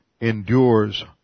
endures